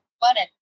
button